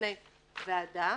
בפני ועדה.